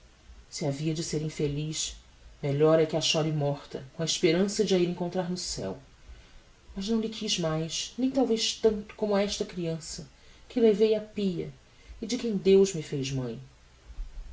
se havia de ser infeliz melhor é que a chore morta com a esperança de a ir encontrar no ceu mas não lhe quiz mais nem talvez tanto como a esta criança que levei á pia e de quem deus me fez mãe